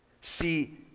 See